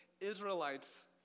Israelites